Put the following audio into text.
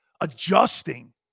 adjusting